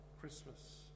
Christmas